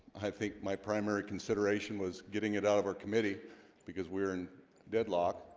i think my primary consideration was getting it out of our committee because we're in deadlock